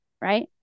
Right